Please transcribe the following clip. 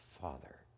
father